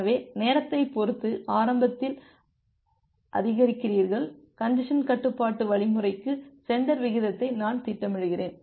எனவே நேரத்தை பொறுத்து ஆரம்பத்தில் அதிகரிக்கிறீர்கள் கஞ்ஜசன் கட்டுப்பாட்டு வழிமுறைக்கு சென்டர் விகிதத்தை நான் திட்டமிடுகிறேன்